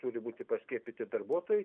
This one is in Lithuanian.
turi būti paskiepyti darbuotojai